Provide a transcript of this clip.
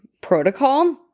protocol